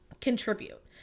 contribute